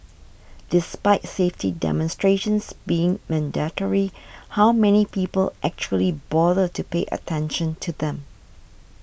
despite safety demonstrations being mandatory how many people actually bother to pay attention to them